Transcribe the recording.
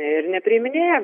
ir nepriiminėja